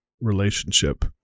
relationship